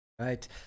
Right